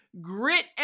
grit